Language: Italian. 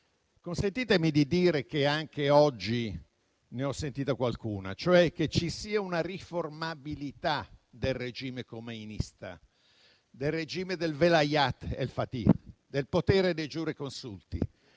Consentitemi di dire che anche oggi ne ho sentita qualcuna, cioè che ci sia una riformabilità del regime khomeinista, del *velāyat-e faqih*, del potere dei giureconsulti,